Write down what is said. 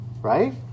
right